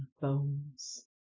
bones